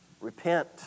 Repent